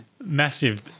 massive